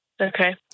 Okay